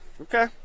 Okay